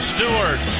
Stewart